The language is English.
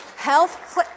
health